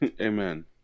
amen